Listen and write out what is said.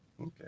Okay